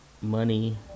money